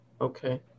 Okay